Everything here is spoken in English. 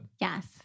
Yes